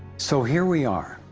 so here we are,